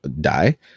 die